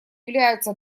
являются